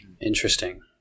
Interesting